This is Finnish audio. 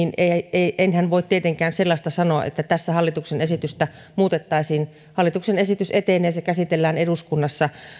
enhän voi tietenkään sellaista sanoa että tässä hallituksen esitystä muutettaisiin hallituksen esitys etenee se käsitellään eduskunnassa